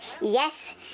yes